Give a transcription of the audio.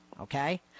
okay